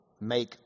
Make